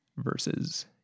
versus